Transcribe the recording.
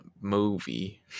movie